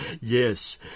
Yes